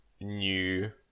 new